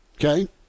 Okay